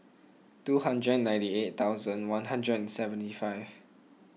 two hundred ninety eight thousand one hundred and seventy five